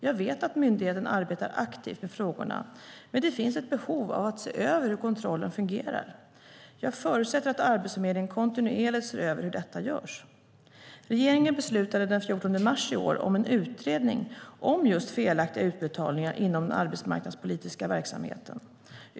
Jag vet att myndigheten arbetar aktivt med frågorna, men det finns ett behov av att se över hur kontrollen fungerar. Jag förutsätter att Arbetsförmedlingen kontinuerligt ser över hur detta görs. Regeringen beslutade den 14 mars i år om en utredning om just felaktiga utbetalningar inom den arbetsmarknadspolitiska verksamheten.